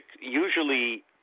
Usually